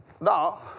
Now